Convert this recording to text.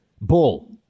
bull